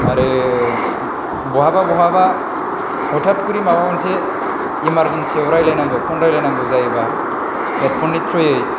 आरो बहाबा बहाबा हथाट खरि माबा मोनसे इमारजेन्सियाव राइलाय नांगौ फन राइलायनांगौ जायोबा हेदफननि थ्रुयै